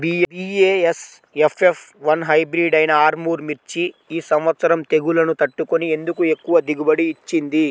BASF F one hybrid అయినా ఆర్ముర్ మిర్చి ఈ సంవత్సరం తెగుళ్లును తట్టుకొని ఎందుకు ఎక్కువ దిగుబడి ఇచ్చింది?